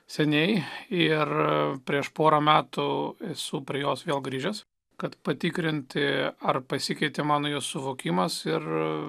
seniai ir prieš porą metų esu prie jos vėl grįžęs kad patikrinti ar pasikeitė manojo suvokimas ir